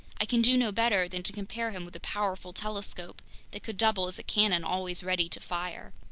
i can do no better than to compare him with a powerful telescope that could double as a cannon always ready to fire.